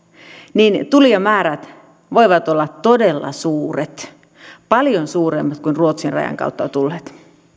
niin tulijamäärät voivat olla todella suuret paljon suuremmat kuin ruotsin rajan kautta tulleet